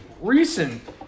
recent